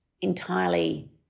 entirely